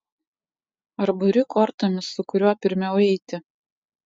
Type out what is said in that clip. ar buri kortomis su kuriuo pirmiau eiti